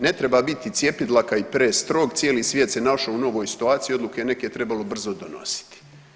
Ne treba biti cjepidlaka i prestrog, cijeli svijet se našao u novoj situaciji odluke neke je trebalo brzo donositi.